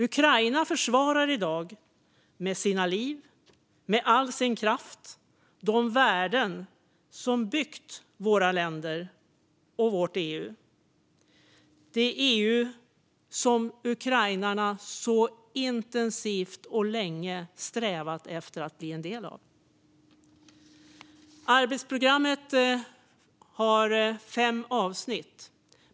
Ukraina försvarar i dag med sina liv och med all sin kraft de värden som byggt våra länder och vårt EU, det EU som ukrainarna så intensivt och länge strävat efter att bli en del av. Arbetsprogrammet har fem avsnitt.